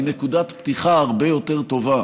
מנקודת פתיחה הרבה יותר טובה,